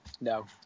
No